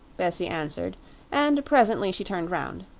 bessie answered and presently she turned round.